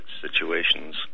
situations